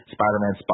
Spider-Man